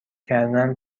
کردن